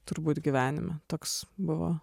turbūt gyvenime toks buvo